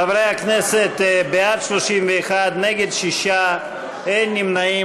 חברי הכנסת, בעד, 31, נגד, 6, אין נמנעים.